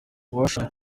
uwashaka